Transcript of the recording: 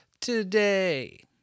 today